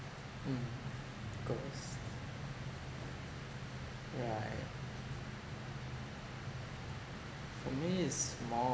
mm ghost right for me is more